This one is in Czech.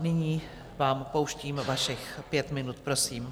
Nyní vám pouštím vašich pět minut, prosím.